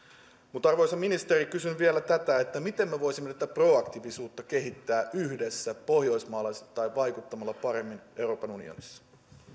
arvoisa ministeri kysyn vielä tätä miten me voisimme nyt tätä proaktiivisuutta kehittää yhdessä pohjoismaalaisittain vaikuttamalla paremmin euroopan unionissa